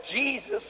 Jesus